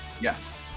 Yes